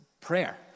prayer